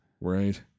Right